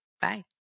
Bye